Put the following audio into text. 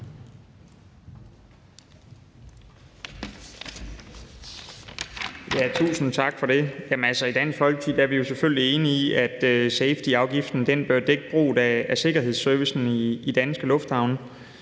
Tusind tak for det. I Dansk Folkeparti er vi selvfølgelig enige i, at safetyafgiften bør dække brugen af sikkerhedsservicen i danske lufthavne,